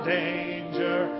danger